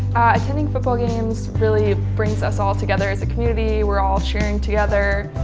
attending football games really brings us altogether as a community. we're all sharing together.